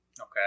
Okay